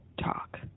talk